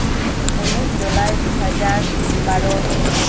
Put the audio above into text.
ᱩᱱᱤᱥ ᱡᱩᱞᱟᱭ ᱫᱩ ᱦᱟᱡᱟᱨ ᱵᱟᱨᱚ